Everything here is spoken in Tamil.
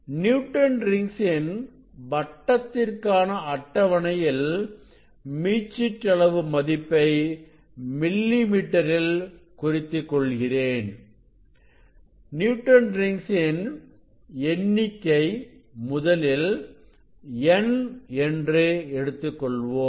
நியூட்டன் ரிங்ஸ் இன் வட்டத்திற்கானஅட்டவணையில் மீச்சிற்றளவு மதிப்பை மில்லி மீட்டரில் குறித்துக் கொள்கிறேன் நியூட்டன் ரிங்ஸ் இன் எண்ணிக்கை முதலில் n என்று எடுத்துக்கொள்வோம்